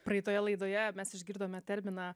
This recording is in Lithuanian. praeitoje laidoje mes išgirdome terminą